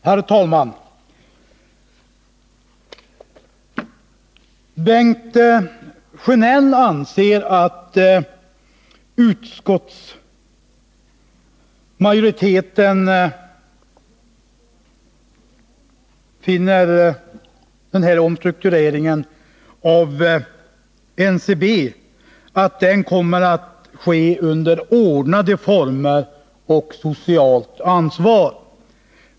Herr talman! Bengt Sjönell säger att utskottsmajoriteten anser det vara viktigt att omstruktureringen av NCB sker i ordnade former och under socialt ansvar.